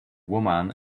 woman